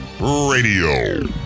radio